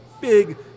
Big